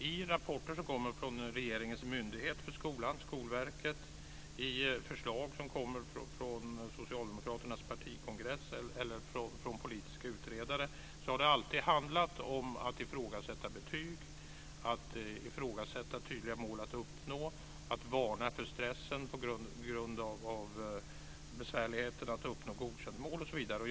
De rapporter som har kommit från regeringens myndighet för skolan, Skolverket, i de förslag som kommer från Socialdemokraternas partikongress eller från politiska utredare har alltid handlat om att ifrågasätta betyg, att ifrågasätta tydliga mål att uppnå, att varna för stressen på grund av besvärligheterna när det gäller att uppnå målet godkänt.